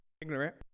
Ignorant